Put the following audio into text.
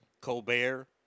Colbert